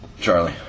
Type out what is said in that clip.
Charlie